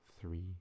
three